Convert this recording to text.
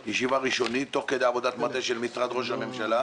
יש לוחות זמנים?